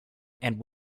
and